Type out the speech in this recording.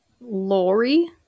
Lori